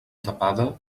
tapada